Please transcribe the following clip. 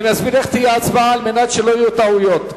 אני מסביר איך תהיה ההצבעה על מנת שלא יהיו טעויות.